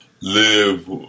live